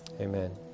Amen